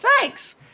Thanks